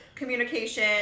Communication